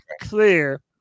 clear